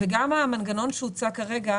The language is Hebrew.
וגם המנגנון שהוצע כרגע